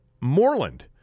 Moreland